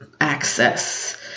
access